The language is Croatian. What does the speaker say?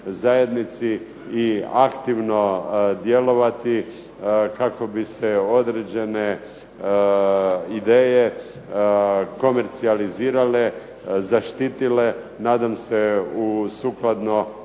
i aktivno djelovati kako bi se određene ideje komercijalizirale, zaštitile. Nadam se sukladno